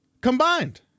combined